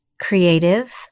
creative